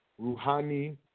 Rouhani